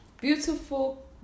beautiful